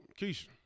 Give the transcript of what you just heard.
Keisha